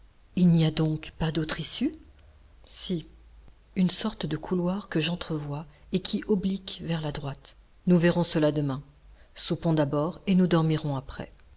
il n'y a donc pas d'autre issue si une sorte de couloir que j'entrevois et qui oblique vers la droite nous verrons cela demain soupons d'abord et nous dormirons après